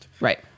right